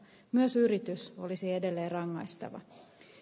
myös yritys olisi edelleen rangaistava